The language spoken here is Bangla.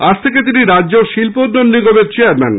আজ থেকে তিনি রাজ্য শিল্পন্নোয়ন নিগমের চেয়ারম্যান